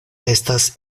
estas